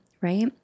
right